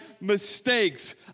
mistakes